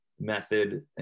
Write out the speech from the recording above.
method